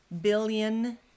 billion